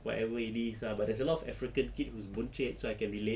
whatever it is ah but there's a lot of african kid who's buncit so I can relate